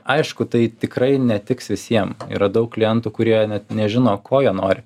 aišku tai tikrai netiks visiem yra daug klientų kurie net nežino ko jie nori